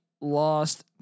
lost